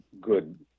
good